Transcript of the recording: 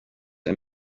and